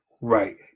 right